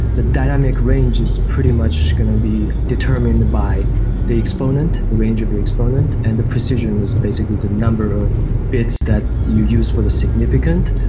the dynamic range is pretty much going to be determined by the exponent, the range of your exponent and the precision is basically the number of bits that you use for the significant,